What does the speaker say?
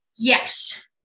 Yes